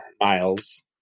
miles